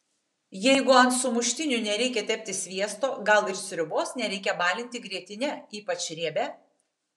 jeigu ant sumuštinių nereikia tepti sviesto gal ir sriubos nereikia balinti grietine ypač riebia